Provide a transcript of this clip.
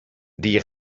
die